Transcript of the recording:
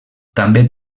també